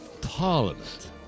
Parliament